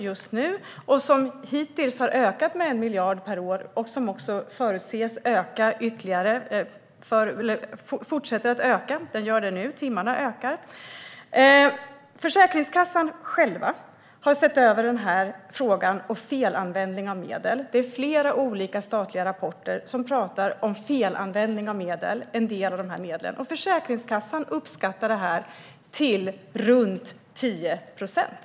Dessa medel har hittills ökat med 1 miljard per år och förutses fortsätta öka i och med att antalet timmar ökar. Försäkringskassan har själv sett över frågan om felanvändning av medel. Det talas i flera olika statliga rapporter om detta, och Försäkringskassan uppskattar siffran till omkring 10 procent.